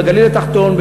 בגליל התחתון,